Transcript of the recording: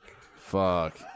Fuck